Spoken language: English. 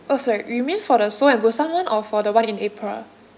oh sorry you mean for the seoul and busan [one] or for the one in april